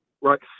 right